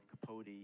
Capote